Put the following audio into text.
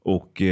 Och